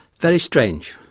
very strange.